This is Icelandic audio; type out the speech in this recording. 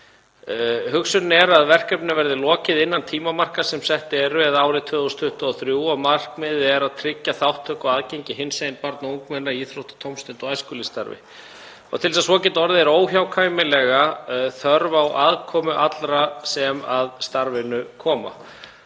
Hugsunin er að verkefninu verði lokið innan tímamarka sem sett eru, eða árið 2023, og markmiðið er að tryggja þátttöku og aðgengi hinsegin barna og ungmenna í íþrótta-, tómstunda- og æskulýðsstarfi. Til þess að svo geti orðið er óhjákvæmilega þörf á aðkomu allra sem að starfinu koma.